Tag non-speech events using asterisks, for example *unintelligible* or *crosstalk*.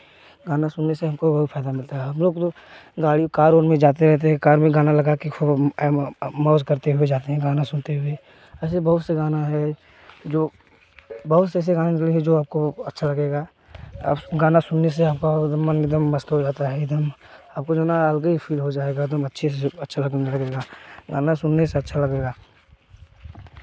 गाना सुनने से हमको बहुत फ़ायदा मिलता है हम लोग तो *unintelligible* कार वार में जाते हैं कार लोन में जाते रहते हैं कार में गाना लगा के मौज करते हुए जाते हैं गाना सुनते हुए ऐसे बहुत से गाना है जो बहुत से ऐसे गाने जो आपको अच्छा लगेगा आप गाना सुनने से आपका निदम मस्त हो जाता है एक दम आपको जो है ना फील हो जाएगा एक दम अच्छे से अच्छा लगता है गाना सुनने से अच्छा लगेगा